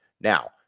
Now